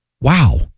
wow